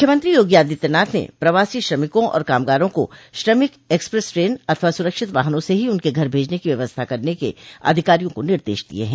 मुख्यमंत्री योगी आदित्यनाथ ने प्रवासी श्रमिकों और कामगारों को श्रमिक एक्सप्रेस ट्रेन अथवा सुरक्षित वाहनों से ही उनके घर भेजने की व्यवस्था करने के अधिकारियों को निर्देश दिये हैं